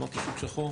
אמרתי שוק שחור,